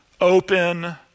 open